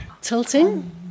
Tilting